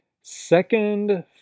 second